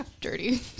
dirty